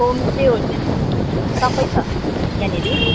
homestay hotel सबै छ यहाँनिर